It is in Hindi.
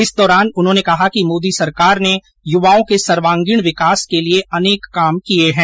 इस दौरान उन्होंने कहा कि मोदी सरकार ने युवाओं के सर्वांगीण विकास के लिये अनेक काम किये है